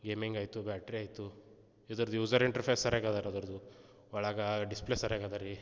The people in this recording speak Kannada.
ಗೇಮಿಂಗ್ ಆಯ್ತು ಬ್ಯಾಟ್ರಿ ಆಯ್ತು ಇದರದ್ದು ಯೂಸರ್ ಇಂಟ್ರ್ ಫೇಸ್ ಸರಿಯಾಗಿ ಅದರ ಅದರದ್ದು ಒಳಗೆ ಡಿಸ್ ಪ್ಲೇ ಸರಿಯಾಗಿ ಇದೆ ರೀ